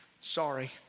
Sorry